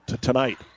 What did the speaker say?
tonight